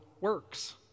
works